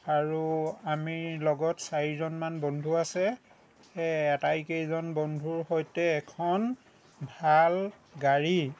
আৰু আমি লগত চাৰিজনমান বন্ধু আছে সেয়ে আটাইকেইজন বন্ধুৰ সৈতে এখন ভাল গাড়ী